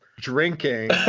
drinking